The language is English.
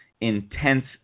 intense